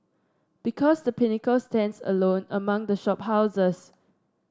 because The Pinnacle stands alone among the shop houses